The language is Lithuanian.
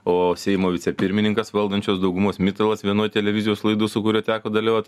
o seimo vicepirmininkas valdančios daugumos mitalas vienoj televizijos laidų su kuriuo teko dalyvaut